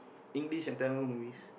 English and Tamil movies